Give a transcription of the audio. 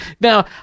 Now